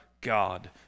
God